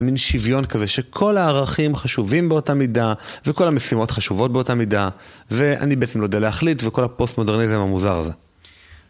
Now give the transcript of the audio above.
מין שוויון כזה שכל הערכים חשובים באותה מידה וכל המשימות חשובות באותה מידה ואני בעצם לא יודע להחליט וכל הפוסט מודרניזם המוזר הזה.